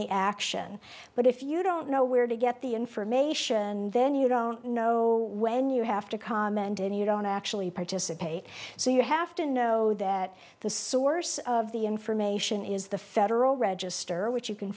the action but if you don't know where to get the information and then you don't know when you have to comment and you don't actually participate so you have to know that the source of the information is the federal register which you can